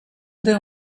their